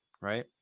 right